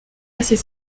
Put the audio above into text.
assez